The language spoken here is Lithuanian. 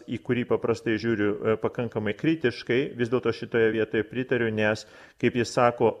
į kurį paprastai žiūriu pakankamai kritiškai vis dėlto šitoje vietoje pritariu nes kaip jis sako